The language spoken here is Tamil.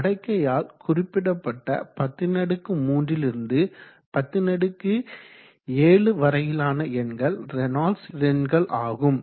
மடக்கையால் குறிப்பிடப்பட்ட 103 லிருந்து 107 வரையிலான எண்கள் ரேனால்ட்ஸ் எண்கள் ஆகும்